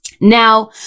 Now